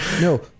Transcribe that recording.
No